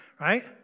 right